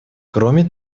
кроме